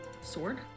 sword